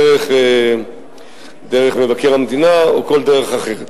דרך מבקר המדינה או בכל דרך אחרת.